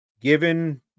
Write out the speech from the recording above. Given